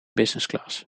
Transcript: businessclass